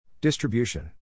Distribution